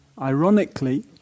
ironically